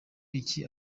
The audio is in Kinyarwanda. iki